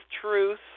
truth